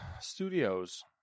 studios